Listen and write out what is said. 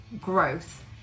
growth